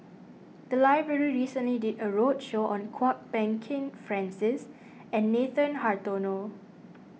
the library recently did a roadshow on Kwok Peng Kin Francis and Nathan Hartono